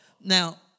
Now